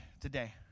today